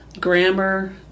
grammar